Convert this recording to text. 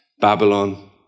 Babylon